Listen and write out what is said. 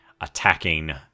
attacking